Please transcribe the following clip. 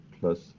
plus